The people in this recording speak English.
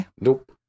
Nope